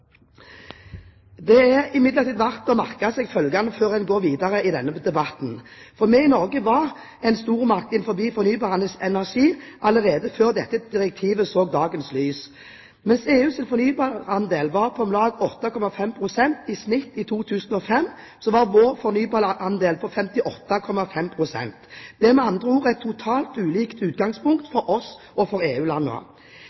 Det er imidlertid verdt å merke seg følgende før en går videre i denne debatten: Vi i Norge var en stormakt innenfor fornybar energi allerede før dette direktivet så dagens lys. Mens EUs fornybarandel var på om lag 8,5 pst. i snitt i 2005, var vår fornybarandel på 58,5 pst. Det er med andre ord et totalt ulikt utgangspunkt